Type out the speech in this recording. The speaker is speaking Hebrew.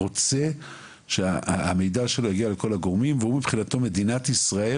ורוצה שהמידע הרפואי שלו יגיע לכל הגורמים במדינת ישראל